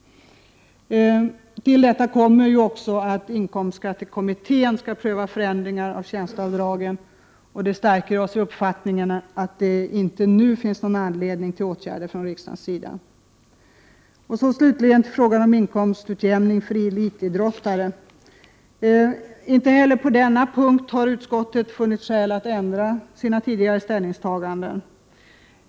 Till detta kommer att inkomstskattekommittén skall pröva förändringar av tjänsteavdragen. Det stärker oss i uppfattningen att det inte nu finns anledning till åtgärder från riksdagens sida. Den andra frågan gäller inkomstskatteutjämning för elitidrottare. Inte heller på den punkten har utskottet funnit skäl att ändra sina tidigare ställningstaganden.